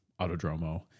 Autodromo